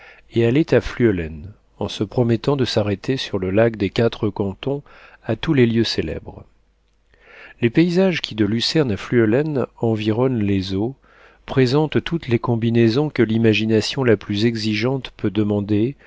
et allaient à fluelen en se promettant de s'arrêter sur le lac des quatre cantons à tous les lieux célèbres les paysages qui de lucerne à fluelen environnent les eaux présentent toutes les combinaisons que l'imagination la plus exigeante peut demander